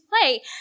play